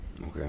Okay